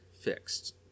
fixed